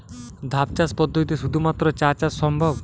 ধাপ চাষ পদ্ধতিতে শুধুমাত্র চা চাষ সম্ভব?